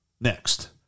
Next